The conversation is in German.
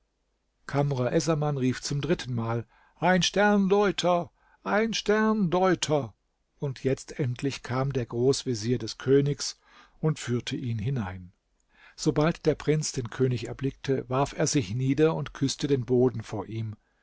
essaman rief zum dritten mal ein sterndeuter ein sterndeuter und jetzt endlich kam der großvezier des königs und führte ihn hinein sobald der prinz den könig erblickte warf er sich nieder und küßte den boden vor ihm